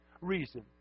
reason